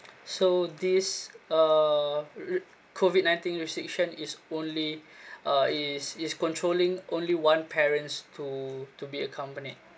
so this uh re~ COVID nineteen restriction is only uh is is controlling only one parents to to be accompanied